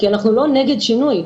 כי אנחנו לא נגד שינוי,